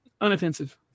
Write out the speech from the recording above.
Unoffensive